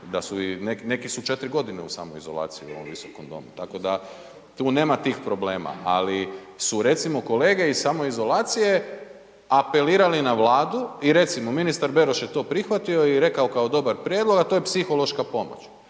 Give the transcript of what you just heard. neki su 4 godine u ovom visokom domu tako da tu nema tih problema. Ali su recimo kolege iz samoizolacije apelirali na Vladu i recimo ministar Beroš je to prihvatio i rekao kao prijedlog, a to je psihološka pomoć